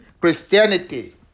Christianity